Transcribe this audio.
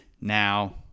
now